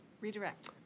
Redirect